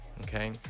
Okay